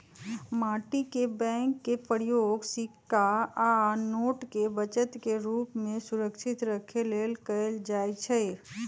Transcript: माटी के बैंक के प्रयोग सिक्का आ नोट के बचत के रूप में सुरक्षित रखे लेल कएल जाइ छइ